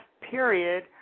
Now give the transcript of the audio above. period